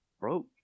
Broke